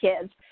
kids